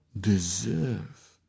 deserve